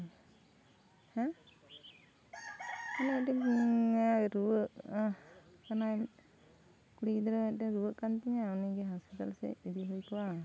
ᱦᱮᱸᱜ ᱛᱤᱱᱟᱹᱜ ᱫᱤᱱ ᱨᱩᱣᱟᱹᱜ ᱠᱟᱱᱟᱭ ᱠᱩᱲᱤ ᱜᱤᱫᱽᱨᱟᱹ ᱢᱮᱫᱴᱮᱱ ᱨᱩᱣᱟᱹᱜ ᱠᱟᱱᱟᱭ ᱩᱱᱤᱜᱮ ᱦᱟᱥᱯᱟᱛᱟᱞ ᱥᱮᱫ ᱤᱫᱤ ᱦᱩᱭ ᱠᱚᱜᱼᱟ